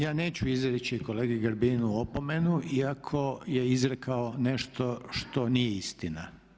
Ja neću izreći kolegi Grbinu opomenu iako je izrekao nešto što nije istina.